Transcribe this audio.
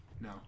No